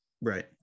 Right